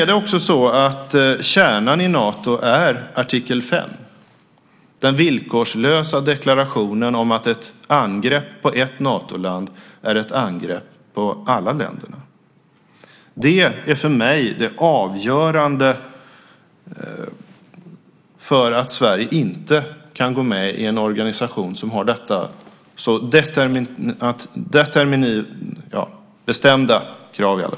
Kärnan i Nato är artikel 5, den villkorslösa deklarationen om att ett angrepp på ett Natoland är ett angrepp på alla länderna. Det är för mig det avgörande för att Sverige inte kan gå med i en organisation som har detta så bestämda krav.